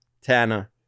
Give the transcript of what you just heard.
Tana